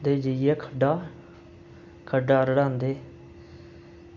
ते जाइयै खड्डा खड्डा रढ़ांदे